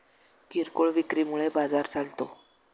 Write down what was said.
किरकोळ विक्री मुळे बाजार चालतो